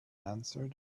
answered